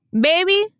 baby